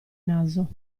naso